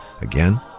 Again